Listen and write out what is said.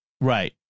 Right